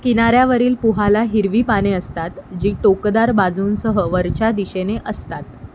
किनाऱ्यावरील पुहाला हिरवी पाने असतात जी टोकदार बाजूंसह वरच्या दिशेने असतात